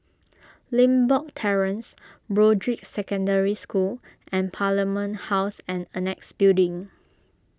Limbok Terrace Broadrick Secondary School and Parliament House and Annexe Building